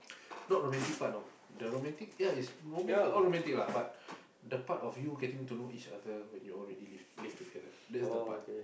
not romantic part you know the romantic ya it's romantic all romantic lah but the part of you getting to know each other when you all already live live together